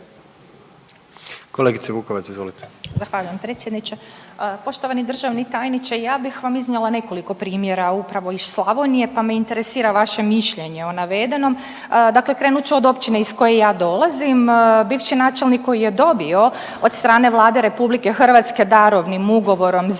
izvolite. **Vukovac, Ružica (DP)** Zahvaljujem predsjedniče. Poštovani državni tajniče ja bih vam iznijela nekoliko primjera upravo iz Slavonije pa me interesira vaše mišljenje o navedenom. Dakle, krenut ću od općine iz koje ja dolazim, bivši načelnik koji je dobio od strane Vlade RH darovnim ugovorom zemljište